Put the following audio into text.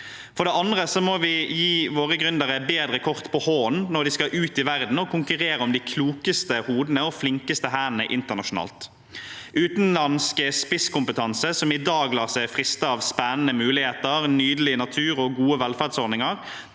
I tillegg må vi gi våre gründere bedre kort på hånden når de skal ut i verden og konkurrere om de klokeste hodene og flinkeste hendene internasjonalt. Utenlandsk spisskompetanse, som i dag lar seg friste av spennende muligheter, nydelig natur og gode velferdsordninger,